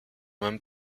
même